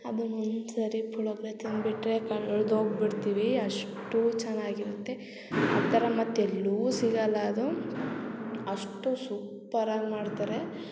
ಅದನ್ನ ಒಂದು ಸರಿ ಪುಳ್ಯೋಗ್ರೆ ತಿನ್ಬಿಟ್ಟರೆ ಕಳ್ದು ಹೋಗ್ಬಿಡ್ತೀವಿ ಅಷ್ಟು ಚೆನ್ನಾಗಿರುತ್ತೆ ಆ ಥರ ಮತ್ತೆ ಎಲ್ಲೂ ಸಿಗಲ್ಲ ಅದು ಅಷ್ಟು ಸೂಪರಾಗಿ ಮಾಡ್ತಾರೆ